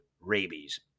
rabies